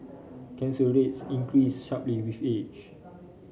cancer rates increase sharply with age